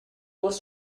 was